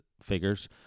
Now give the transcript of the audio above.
figures